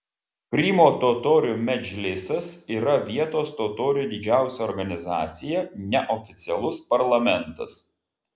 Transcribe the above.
krymo totorių medžlisas yra vietos totorių didžiausia organizacija neoficialus parlamentas